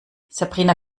sabrina